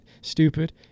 stupid